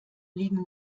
liegen